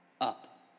Up